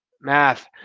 math